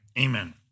Amen